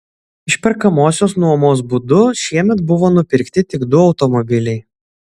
išperkamosios nuomos būdu šiemet buvo nupirkti tik du automobiliai